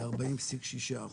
את ה-40.6 אחוז.